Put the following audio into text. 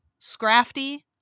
scrafty